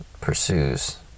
pursues